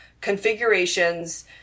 configurations